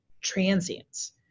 transience